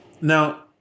Now